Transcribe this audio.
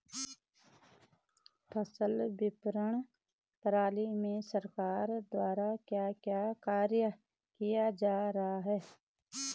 फसल विपणन प्रणाली में सरकार द्वारा क्या क्या कार्य किए जा रहे हैं?